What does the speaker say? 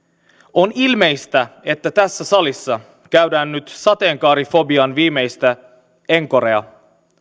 on ilmeistä että tässä salissa käydään nyt sateenkaarifobian viimeistä encorea